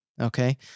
okay